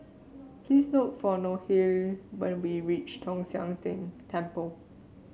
please look for Nohely when you be reach Tong Sian Tng Temple